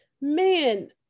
man